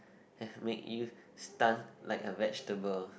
have make you stun like a vegetable